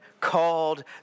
called